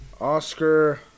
Oscar